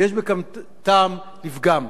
ויש בכך טעם לפגם.